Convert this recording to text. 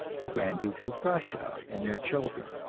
the grand dukes of russia and their children.